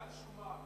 דל שומן,